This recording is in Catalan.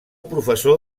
professor